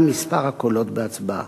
וגם מספר הקולות בהצבעה".